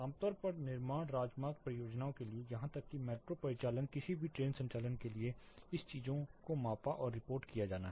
आमतौर पर निर्माण राजमार्ग परियोजनाओं के लिए यहां तक कि मेट्रो परिचालन किसी भी ट्रेन संचालन के लिए इस चीजों को मापा और रिपोर्ट किया जाना है